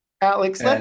Alex